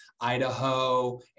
Idaho